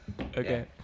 okay